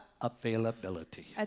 availability